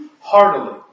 heartily